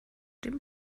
dem